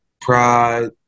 pride